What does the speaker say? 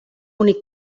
únic